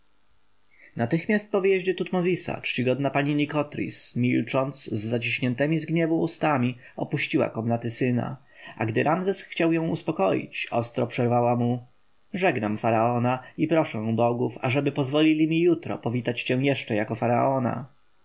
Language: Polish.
natychmiast po wyjeździe tutmozisa czcigodna pani nikotris milcząc z zaciśniętemi z gniewu ustami opuściła komnaty syna a gdy ramzes chciał ją uspokoić ostro przerwała mu żegnam faraona i proszę bogów ażeby pozwolili mi jutro powitać cię jeszcze jako faraona